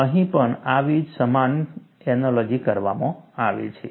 અહીં પણ આવી જ સમાન એનાલોજી કરવામાં આવી છે